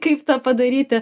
kaip tą padaryti